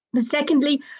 Secondly